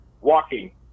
walking